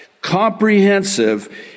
comprehensive